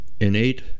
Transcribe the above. innate